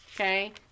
Okay